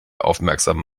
aufmerksam